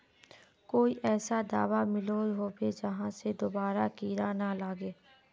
कोई ऐसा दाबा मिलोहो होबे जहा से दोबारा कीड़ा ना लागे?